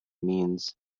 means